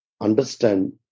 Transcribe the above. understand